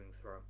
throw